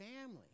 family